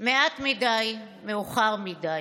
מעט מדי, מאוחר מדי.